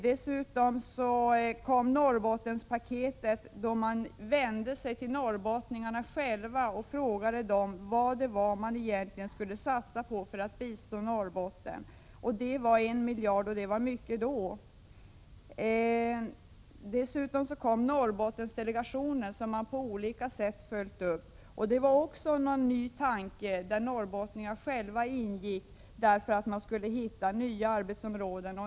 Dessutom kom Norrbottenpaketet, då norrbottningarna själva tillfrågades vad man egentligen skulle satsa på för att bistå Norrbotten. Det gällde 1 miljard kronor, som var mycket då. Dessutom kom Norrbottendelegationen, som på olika sätt har följts upp. Det var också en ny tanke, och norrbottningarna själva fick vara med för att söka nya arbetsområden.